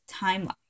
timeline